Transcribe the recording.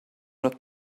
not